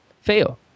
fail